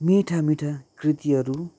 मिठा मिठा कृतिहरू